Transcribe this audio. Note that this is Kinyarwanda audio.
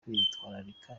kwitwararika